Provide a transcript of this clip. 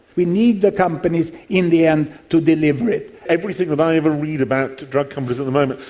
we need the companies in the end to deliver it. everything that i ever read about drug companies at the moment,